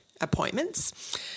appointments